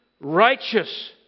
righteous